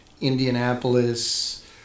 Indianapolis